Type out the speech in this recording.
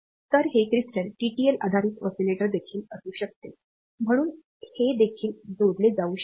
तर हे crystal TTL आधारित ऑसिलेटर देखील असू शकते म्हणून हे देखील जोडले जाऊ शकते